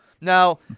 Now